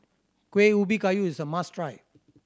Kueh Ubi Kayu is a must try